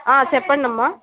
చెప్పండమ్మ